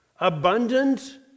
abundant